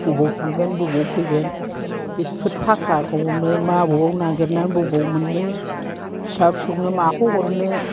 बबाव थांगोन बबाव फैगोन बेफोर थाखाखौनो माबाव नागिरना बबाव मोननो फिसा फिसौनो माखौ हरनो